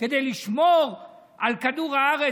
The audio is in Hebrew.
כדי לשמור על כדור הארץ.